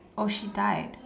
oh she died